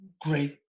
great